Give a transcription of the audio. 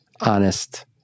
honest